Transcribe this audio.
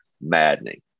Maddening